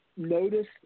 Notice